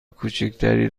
کوچکتری